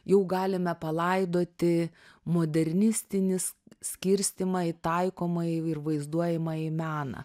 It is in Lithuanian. jau galime palaidoti modernistinis skirstymą į taikomąjį ir vaizduojamąjį meną